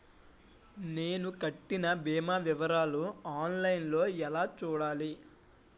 నేను కట్టిన భీమా వివరాలు ఆన్ లైన్ లో ఎలా చూడాలి?